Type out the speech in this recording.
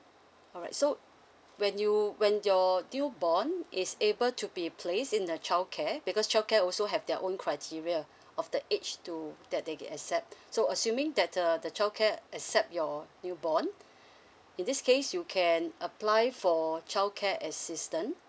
alright so when you when your newborn is able to be place in a childcare because childcare also have their own criteria of the age to that they can accept so assuming that uh the childcare accept your newborn in this case you can apply for childcare assistance